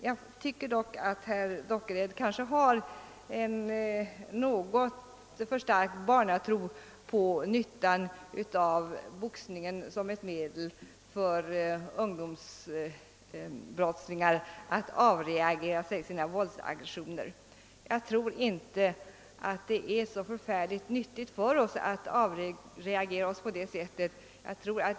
Jag tycker nog att herr Dockered har en något för stark barnatro på nyttan av boxningen som ett medel för ungdomsbrottslingar att avreagera sig. Jag tror inte att det är så förfärligt nyttigt för oss att avreagera oss på det sättet.